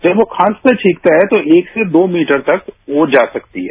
जब हम खांसते छिकते हैं तो एक से दो मीटर तक वो जा सकती है